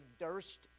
durst